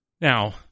Now